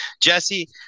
Jesse